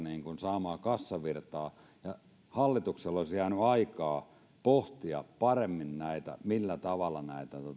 saamaan kassavirtaa ja hallituksella olisi jäänyt aikaa pohtia paremmin millä tavalla näitä